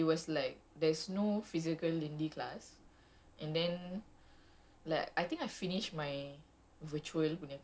is like I signed up kan time uh it was like there's no physical lindy class